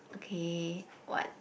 okay what